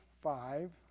five